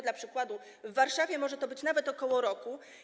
Dla przykładu w Warszawie może to trwać nawet ok. roku.